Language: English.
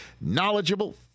knowledgeable